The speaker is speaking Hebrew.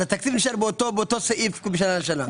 אז התקציב באותו סעיף משנה לשנה.